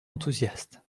enthousiaste